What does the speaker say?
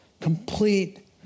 complete